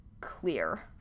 clear